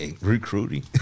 recruiting